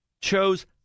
chose